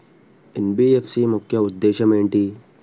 NBFC ముఖ్య ఉద్దేశం ఏంటి?